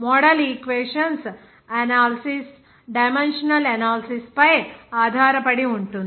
model equations analysis dimensional analysis పై ఆధారపడి ఉంటుంది